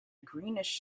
greenish